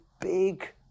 big